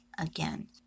again